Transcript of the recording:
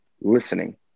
listening